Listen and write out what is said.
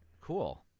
Cool